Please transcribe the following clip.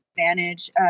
advantage